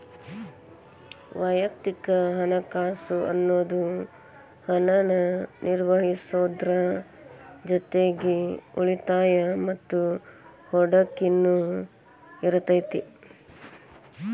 ವಯಕ್ತಿಕ ಹಣಕಾಸ್ ಅನ್ನುದು ಹಣನ ನಿರ್ವಹಿಸೋದ್ರ್ ಜೊತಿಗಿ ಉಳಿತಾಯ ಮತ್ತ ಹೂಡಕಿನು ಇರತೈತಿ